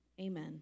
Amen